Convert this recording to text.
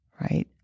Right